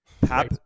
Pap